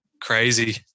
crazy